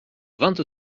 vingt